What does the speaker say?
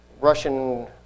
Russian